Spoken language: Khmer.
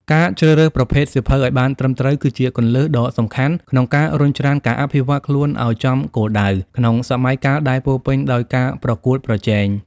ការជ្រើសរើសប្រភេទសៀវភៅឱ្យបានត្រឹមត្រូវ គឺជាគន្លឹះដ៏សំខាន់ក្នុងការរុញច្រានការអភិវឌ្ឍខ្លួនឱ្យចំគោលដៅ ក្នុងសម័យកាលដែលពោរពេញដោយការប្រកួតប្រជែង។